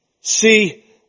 See